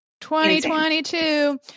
2022